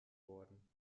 worden